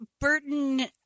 Burton